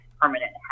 permanent